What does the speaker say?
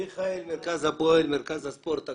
שמי מיכאל וייסמן ממרכז הספורט הפועל.